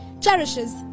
cherishes